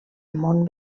món